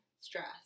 stress